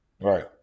Right